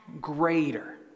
greater